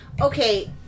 Okay